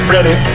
Ready